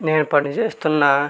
నేను పని చేస్తున్న